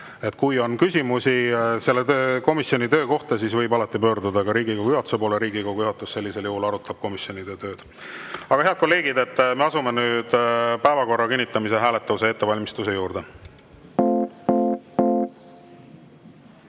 Kui on küsimusi komisjonide töö kohta, siis võib alati pöörduda ka Riigikogu juhatuse poole. Riigikogu juhatus sellisel juhul arutab komisjonide tööd. Aga, head kolleegid, me asume nüüd päevakorra kinnitamise hääletuse ettevalmistuse juurde.